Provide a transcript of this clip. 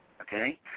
okay